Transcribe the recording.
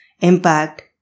impact